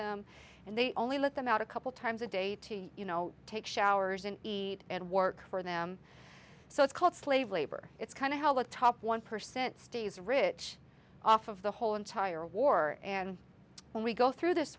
them and they only let them out a couple times a day to you know take showers and eat and work for them so it's called slave labor it's kind of all the top one percent stays rich off of the whole entire war and when we go through this